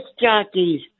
Jockeys